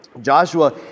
Joshua